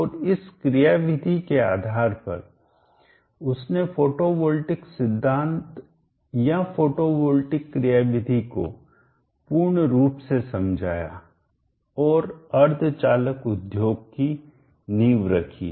और इस क्रिया विधि के आधार पर उसने फोटोवोल्टिक सिद्धांत या फोटोवोल्टिक क्रिया विधि को पूर्ण रूप से समझाया और अर्धचालक उद्योग की नीव रखी